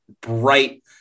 bright